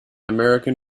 american